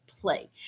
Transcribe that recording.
play